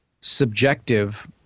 subjective